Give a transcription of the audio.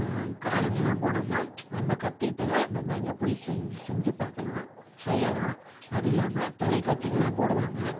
காலேஜுலாம் போனோம்னா நம்ம கத்துக்கிட்டதை நம்ம அங்கே போய் செஞ்சு செஞ்சு பார்க்கலாம் செய்யலாம் அது இல்லாமல் தொலைக்காட்சிகள்லாம் போடுவாங்க